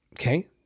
okay